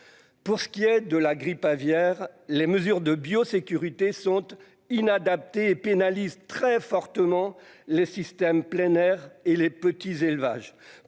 Pour ce qui est de la grippe aviaire, les mesures de biosécurité sentent inadaptés et pénalise très fortement les systèmes plein air et les petits élevages